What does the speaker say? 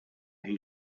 who